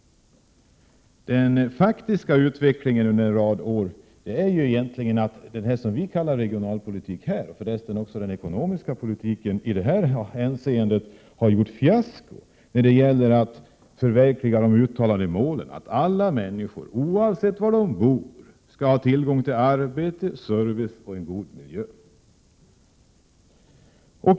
Den faktiska utvecklingen under en rad år är egentligen att det som här kallas regionalpolitik, för resten också den ekonomiska politiken i detta hänseende, har gjort fiasko i fråga om att förverkliga det uttalade målet att alla människor, oavsett var de bor, skall ha tillgång till arbete, service och en god miljö.